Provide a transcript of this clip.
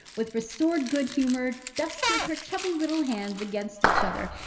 with restored good-humour, dusted her chubby little hands against each other,